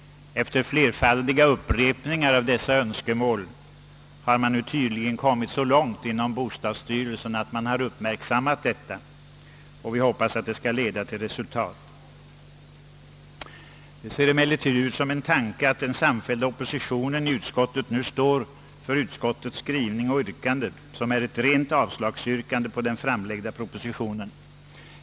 Efter flerfaldiga upprepningar av dessa önskemål har vi nu tydligen kommit så långt att man inom bostadsstyrelsen har uppmärksammat dem, och vi får hoppas att detta skall leda till resultat. Det ser emellertid ut som en tanke att den samfällda oppositionen i utskottet nu står för utskottets skrivning och hemställan, som är ett rent avslagsyrkande på propositionen.